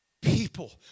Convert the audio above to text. people